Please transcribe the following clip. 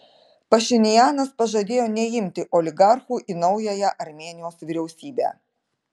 pašinianas pažadėjo neimti oligarchų į naująją armėnijos vyriausybę